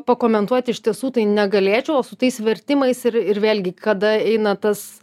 pakomentuot iš tiesų tai negalėčiau o su tais vertimais ir ir vėlgi kada eina tas